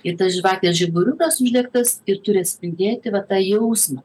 ir tas žvakės žiburiukas uždegtas ir turi atspindėti va tą jausmą